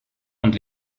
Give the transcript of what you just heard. und